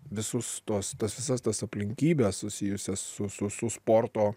visus tuos tas visas tas aplinkybes susijusias su su su sporto